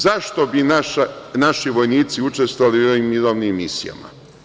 Zašto bi naši vojnici učestvovali u ovim mirovnim misijama?